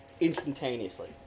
instantaneously